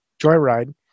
Joyride